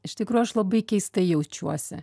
iš tikrųjų aš labai keistai jaučiuosi